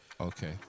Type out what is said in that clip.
Okay